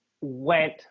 went